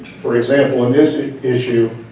for example in this issue,